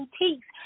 boutiques